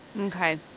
Okay